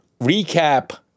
recap